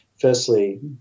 firstly